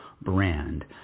brand